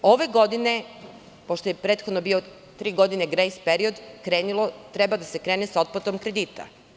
Ove godine, pošto je prethodno bio tri godine grejs period, treba da se krene sa otplatom kredita.